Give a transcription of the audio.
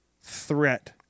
threat